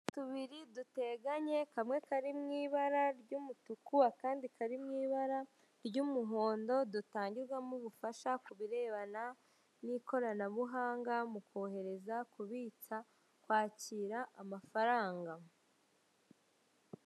Utuzu tubiri duteganye kamwe kari mu ibara ry'umutuku, akandi kari mu ibara ry'umuhondo dutangirwamo ubufasha kubirebana n'ikoranabuhanga mu kohereza, kubitsa, kwakira amafaranga.